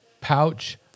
pouch